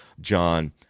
John